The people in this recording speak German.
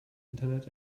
internet